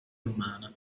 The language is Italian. romana